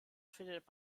findet